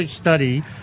study